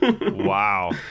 wow